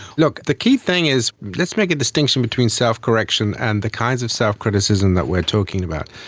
look, the key thing is let's make a distinction between self-correction and the kinds of self-criticism that we are talking about.